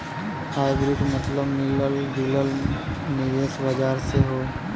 hybrid मतबल मिलल जुलल निवेश बाजार से हौ